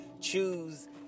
choose